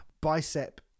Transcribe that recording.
bicep